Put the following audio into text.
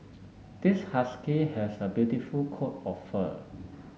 this husky has a beautiful coat of fur